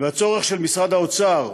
והצורך של משרד האוצר,